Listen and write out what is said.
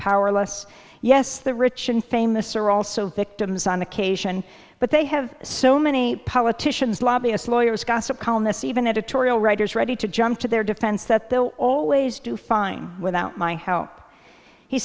powerless yes the rich and famous are also victims on occasion but they have so many politicians lobbyists lawyers gossip columnists even editorial writers ready to jump to their defense that they'll always do fine without my h